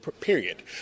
period